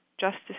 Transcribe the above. Justice